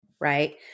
right